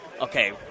okay